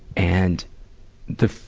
and the,